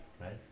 right